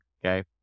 okay